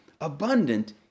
abundant